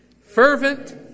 Fervent